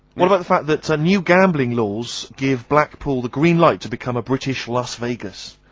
what about the fact that new gambling laws give blackpool the green light to become a british las vegas.